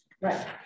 Right